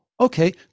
Okay